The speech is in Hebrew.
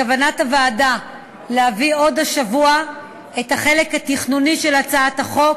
בכוונת הוועדה להביא עוד השבוע את החלק התכנוני של הצעת החוק